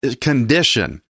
condition